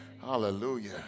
Hallelujah